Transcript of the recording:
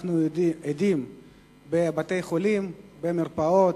שאנחנו עדים להן בבתי-חולים ובמרפאות.